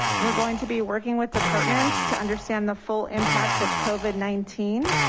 we're going to be working with departments to understand the full impact of covid nineteen.